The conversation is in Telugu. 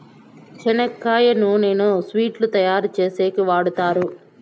చెనక్కాయ నూనెను స్వీట్లు తయారు చేసేకి వాడుతారు